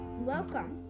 welcome